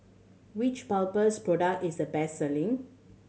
which Papulex product is the best selling